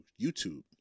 youtube